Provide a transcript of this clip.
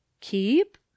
keep